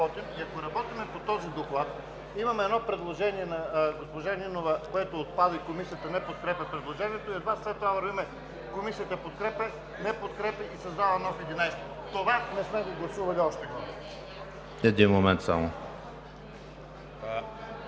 Един момент само.